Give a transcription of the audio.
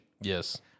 Yes